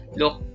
look